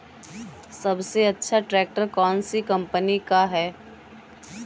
सबसे अच्छा ट्रैक्टर कौन सी कम्पनी का है?